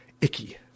icky